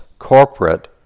corporate